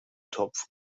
topf